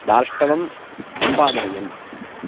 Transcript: दार्ष्टवं सम्पादनीयम्